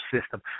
system